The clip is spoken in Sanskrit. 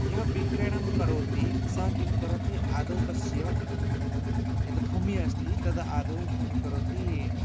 यः विक्रयणं करोति सः किं करोति आदौ तस्य यद्भूमिः अस्ति तत् आदौ किं करोति